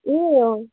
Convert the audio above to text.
ए अँ